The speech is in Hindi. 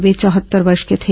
वे चौहत्तर वर्ष के थे